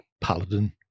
paladin